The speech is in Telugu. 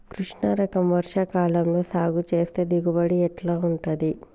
కృష్ణ రకం వర్ష కాలం లో సాగు చేస్తే దిగుబడి ఎట్లా ఉంటది?